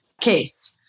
case